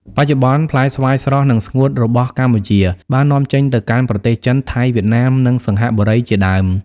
បច្ចុប្បន្ន ផ្លែស្វាយស្រស់ និងស្ងួតរបស់កម្ពុជាបាននាំចេញទៅកាន់ប្រទេសចិន ថៃ វៀតណាម និងសិង្ហបុរីជាដើម។